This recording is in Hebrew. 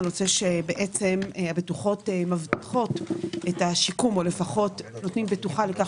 בעצם הבטוחות מבטיחות את השיקום או לפחות נותנות בטוחה לכך